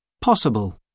Possible